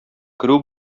керү